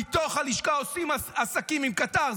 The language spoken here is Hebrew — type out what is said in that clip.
מתוך הלשכה עושים עסקים עם קטר,